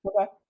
Okay